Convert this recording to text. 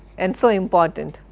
and so important.